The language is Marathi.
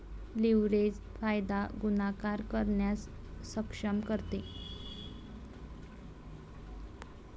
लीव्हरेज फायदा गुणाकार करण्यास सक्षम करते